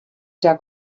usar